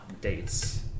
dates